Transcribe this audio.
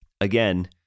again